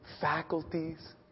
faculties